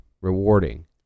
rewarding